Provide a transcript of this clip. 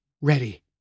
ready